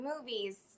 movies